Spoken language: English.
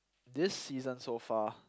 this season so far